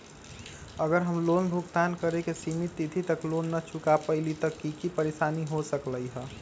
अगर हम लोन भुगतान करे के सिमित तिथि तक लोन न चुका पईली त की की परेशानी हो सकलई ह?